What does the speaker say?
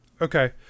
Okay